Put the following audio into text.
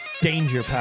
Danger